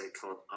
called